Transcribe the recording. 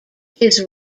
his